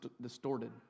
distorted